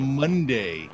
monday